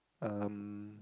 um